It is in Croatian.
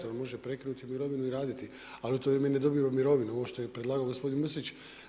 On može prekinuti mirovinu i raditi, ali u to vrijeme ne dobiva mirovinu, ovo što je predlagao gospodin Mrsić.